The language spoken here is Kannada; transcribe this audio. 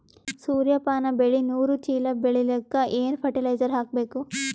ಸೂರ್ಯಪಾನ ಬೆಳಿ ನೂರು ಚೀಳ ಬೆಳೆಲಿಕ ಏನ ಫರಟಿಲೈಜರ ಹಾಕಬೇಕು?